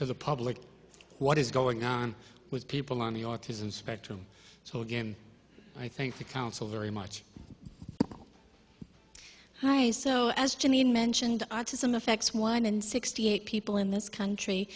to the public what is going on with people on the autism spectrum so again i think the council very much so as janine mentioned autism affects one in sixty eight people in this country